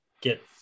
get